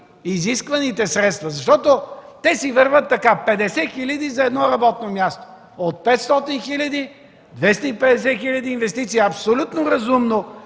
изискваните средства, защото те си вървят така: 50 хиляди за едно работно място, от 500 хиляди, 250 хиляди лева инвестиции – абсолютно разумно,